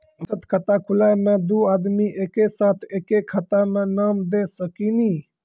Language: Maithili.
बचत खाता खुलाए मे दू आदमी एक साथ एके खाता मे नाम दे सकी नी?